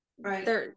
Right